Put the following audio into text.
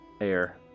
air